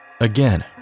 Again